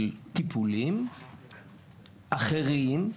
של טיפולים אחרים.